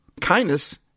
Kindness